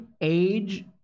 age